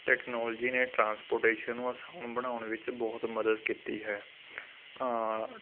technology ਨੇ transportation ਨੂੰ ਅਸਾਨ ਬਣਾਉਣ ਵਿੱਚ ਬਹੁਤ ਮਦਦ ਕੀਤੀ ਹੈ